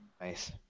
Nice